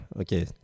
okay